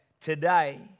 today